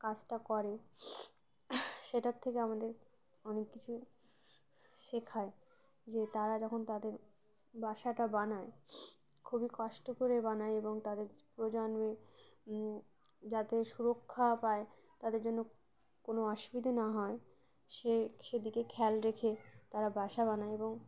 কাজটা করে সেটার থেকে আমাদের অনেক কিছু শেখায় যে তারা যখন তাদের বাসাটা বানায় খুবই কষ্ট করে বানায় এবং তাদের প্রজন্মে যাতে সুরক্ষা পায় তাদের জন্য কোনো অসুবিধে না হয় সে সেদিকে খেয়াল রেখে তারা বাসা বানায় এবং